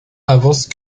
avance